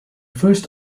first